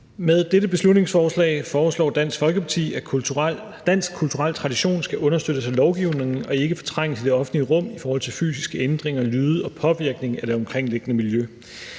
Med dette beslutningsforslag foreslår Dansk Folkeparti, at dansk kulturel tradition skal understøttes af lovgivningen og ikke fortrænges i det offentlige rum i forhold til fysiske ændringer, lyde og påvirkning af det omkringliggende miljø.